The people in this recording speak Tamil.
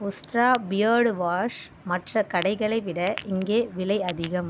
உஸ்ட்ரா பியர்டு வாஷ் மற்ற கடைகளை விட இங்கே விலை அதிகம்